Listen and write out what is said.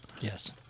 Yes